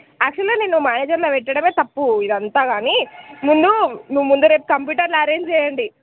అసలు నిన్ను మ్యానేజర్లా పెట్టడమే తప్పు ఇదంతా గానీ ముందు నువ్వు ముందు కంప్యూటర్లు అరేంజ్ చేయండి